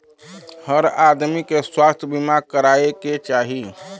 हर आदमी के स्वास्थ्य बीमा कराये के चाही